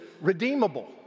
redeemable